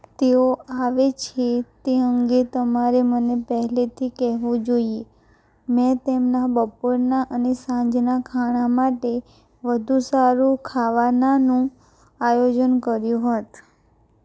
તેઓ આવે છે તે અંગે તમારે મને પહેલેથી કહેવું જોઈએ મેં તેમનાં બપોરનાં અને સાંજનાં ખાણા માટે વધુ સારું ખાવાનાનું આયોજન કર્યું હોત